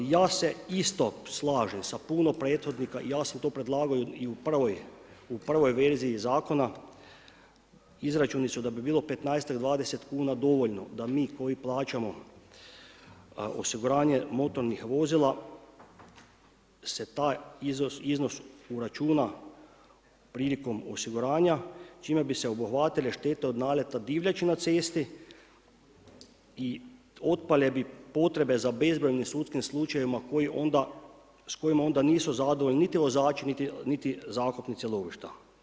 Ja se isto slažem sa puno prethodnika i ja sam to predlagao i u prvoj verziji zakona, izračuni su da bi bilo petnaestak, dvadeset kuna dovoljno da mi koji plaćamo osiguranje motornih vozila se taj iznos uračuna prilikom osiguranja čime bi se obuhvatile štete od naleta divljači na cesti i otpale bi potrebe za bezbrojnim sudskim slučajevima s kojima onda nisu zadovoljni niti vozači niti zakupnici lovišta.